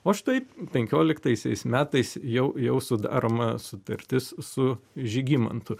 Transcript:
o štai penkioliktaisiais metais jau jau sudaroma sutartis su žygimantu